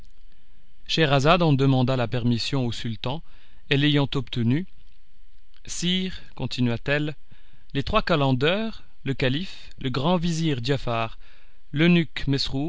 scheherazade en demanda la permission au sultan et l'ayant obtenue sire continua-t-elle les trois calenders le calife le grand vizir giafar l'eunuque